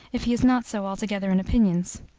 if he is not so altogether in opinions.